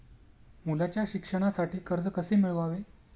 मुलाच्या शिक्षणासाठी कर्ज कसे मिळवावे?